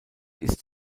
ist